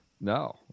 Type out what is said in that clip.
no